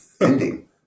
ending